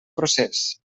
procés